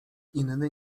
inny